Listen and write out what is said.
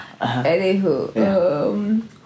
Anywho